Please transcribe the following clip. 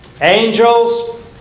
angels